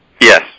Yes